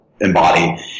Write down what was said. embody